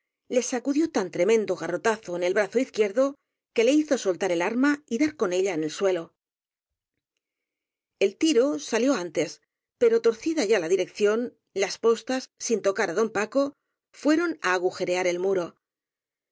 le sacudió tan tremendo garrotazo en el brazo izquierdo que le hizo soltar el arma y dar con ella en el suelo el tiro salió antes pero torcida ya la dirección las postas sin tocar á don paco fueron á agujerear el muro